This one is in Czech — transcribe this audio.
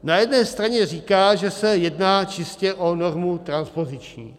Na jedné straně říká, že se jedná čistě o normu transpoziční.